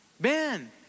Ben